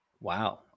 Wow